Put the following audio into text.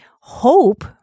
hope